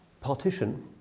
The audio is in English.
partition